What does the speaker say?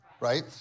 right